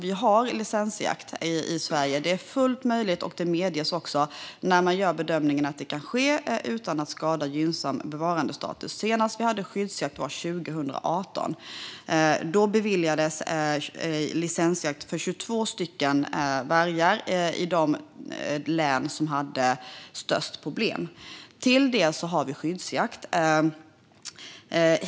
Vi har licensjakt i Sverige; det är fullt möjligt, och det medges när man gör bedömningen att det kan ske utan att skada gynnsam bevarandestatus. Senast vi hade licensjakt var 2018. Då beviljades licensjakt för 22 vargar i de län som hade störst problem. Till detta har vi skyddsjakt.